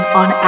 on